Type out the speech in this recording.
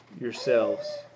yourselves